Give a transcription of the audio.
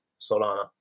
solana